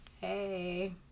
hey